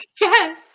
yes